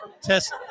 Test